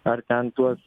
ar ten tuos